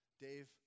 Dave